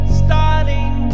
starting